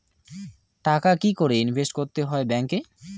টাকা কি করে ইনভেস্ট করতে হয় ব্যাংক এ?